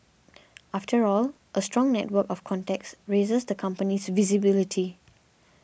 after all a strong network of contacts raises the company's visibility